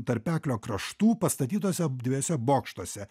tarpeklio kraštų pastatytuose dviejuose bokštuose